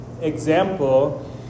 example